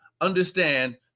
understand